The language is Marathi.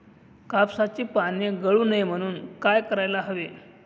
कापसाची पाने गळू नये म्हणून काय करायला हवे?